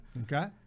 Okay